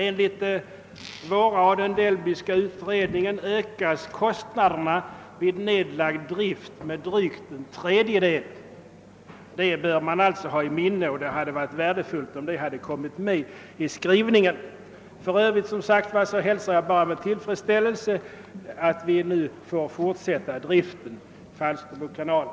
Enligt den Delbyska utredningen ökas kostnaderna vid nedläggning av driften med drygt en tredjedel. Detta hör man ha i minnet, och det hade varit värdefullt om det kommit med i skrivningen. För övrigt hälsar jag med tillfredsställelse att vi nu får fortsatt drift av Falsterbokanalen.